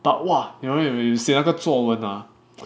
but !wah! you know you you 写那个作文 ah